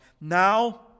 Now